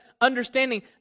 understanding